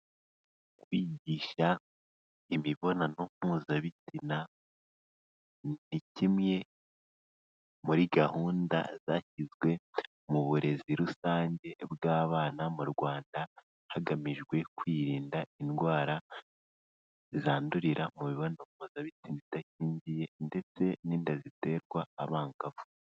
Kwigisha imibonano mpuzabitsina, ni kimwe muri gahunda zashyizwe mu burezi rusange bw'abana mu Rwanda, hagamijwe kwirinda indwara zandurira mu mibonano mpuzabitsina idakingiye ndetse n'inda ziterwa abangavu.